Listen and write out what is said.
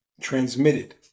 transmitted